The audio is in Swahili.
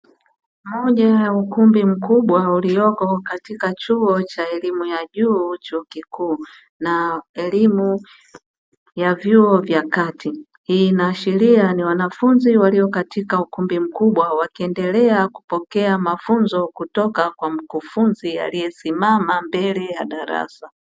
Moja ya ukumbi mkubwa ulioko katika chuo cha elimu ya juu chuo kikuu, na elimu ya vyuo vya kati, hii inaashiria ni wanafunzi walio katika ukumbi mkubwa wakiendelea kupokea mafunzo kutoka kwa mkufunzi aliyesimama mbele ya darasa.